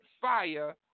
fire